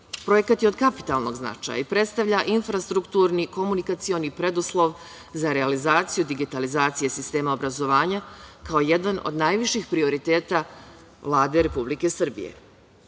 potrebno. Projekat je od kapitalnog značaja i predstavlja infrastrukturni komunikacioni preduslov za realizaciju digitalizacije sistema obrazovanja, kao jedan od najviših prioriteta Vlade Republike Srbije. Kao